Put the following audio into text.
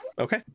Okay